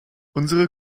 unsere